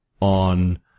on